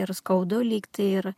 ir skaudu lygtai ir